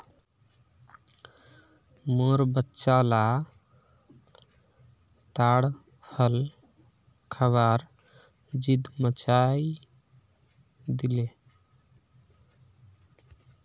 मोर बच्चा ला ताड़ फल खबार ज़िद मचइ दिले